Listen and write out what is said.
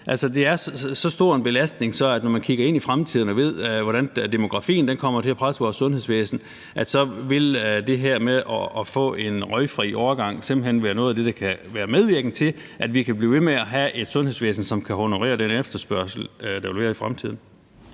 det er så stor en belastning, at når man kigger ind i fremtiden og ved, hvordan demografien kommer til at presse vores sundhedsvæsen, så vil det her med at få en røgfri årgang simpelt hen være noget af det, der kan være medvirkende til, at vi kan blive ved med at have et sundhedsvæsen, som kan honorere den efterspørgsel, der vil være i fremtiden.